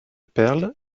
perles